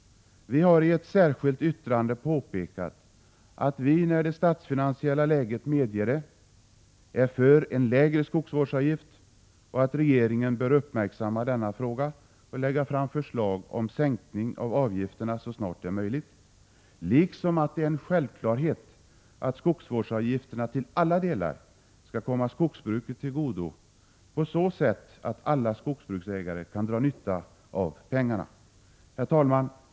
Vi har i ett särskilt yttrande påpekat att vi, när det statsfinansiella läget medger det, är för att det införs en lägre skogsvårdsavgift. Vi har också anfört att regeringen bör uppmärksamma denna fråga och lägga fram förslag om sänkning av avgifterna så snart det är möjligt liksom att det är en självklarhet att skogsvårdsavgifterna till alla delar skall komma skogsbruket till godo på så sätt att skogsbruksägare kan dra nytta av pengarna. Herr talman!